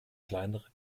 kleinere